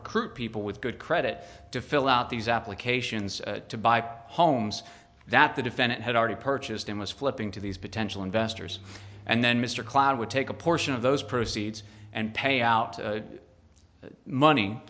recruit people with good credit to fill out these applications to buy homes that the defendant had already purchased and was flipping to these potential investors and then mr clyde would take a portion of those proceeds and pay out money